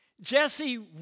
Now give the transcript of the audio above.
Jesse